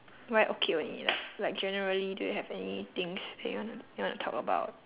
why okay only like like generally do you have any things that you wanna you wanna talk about